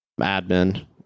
admin